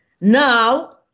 Now